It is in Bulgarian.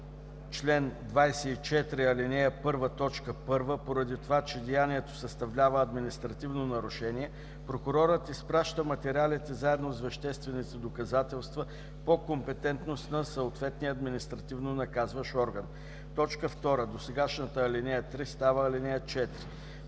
чл. 24, ал. 1, т. 1, поради това че деянието съставлява административно нарушение, прокурорът изпраща материалите заедно с веществените доказателства по компетентност на съответния административнонаказващ орган.“ 2. Досегашната ал. 3 става ал. 4.